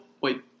wait